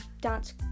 dance